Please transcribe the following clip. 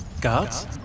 Guards